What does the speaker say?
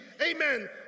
amen